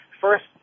first